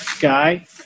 guy